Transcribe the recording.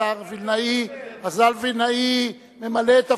השר וילנאי ממלא את תפקידו.